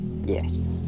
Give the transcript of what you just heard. Yes